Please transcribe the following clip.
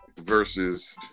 versus